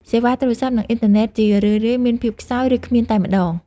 សេវាទូរស័ព្ទ និងអ៊ីនធឺណិតជារឿយៗមានភាពខ្សោយ ឬគ្មានតែម្ដង។